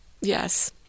Yes